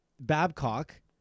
Babcock